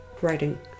writing